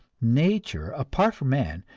nature, apart from man,